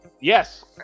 Yes